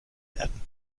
werden